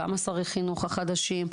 גם שר החינוך חדש,